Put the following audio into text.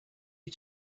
you